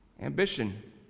ambition